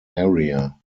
area